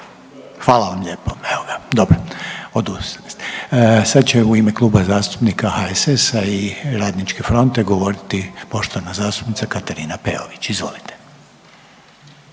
Hvala lijepa. **Reiner, Željko (HDZ)** Sada će u ime Kluba zastupnika HSS-a i Radničke fronte govorit poštovana zastupnica Katarina Peović. Izvolite.